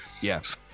Yes